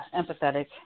empathetic